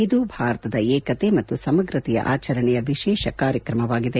ಇದು ಭಾರತದ ಏಕತೆ ಮತ್ತು ಸಮಗ್ರತೆಯ ಆಚರಣೆಯ ವಿಶೇಷ ಕಾರ್ಯಕ್ರಮವಾಗಿದೆ